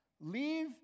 leave